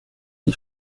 die